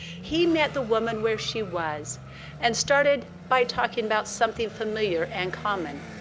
he met the woman where she was and started by talking about something familiar and common.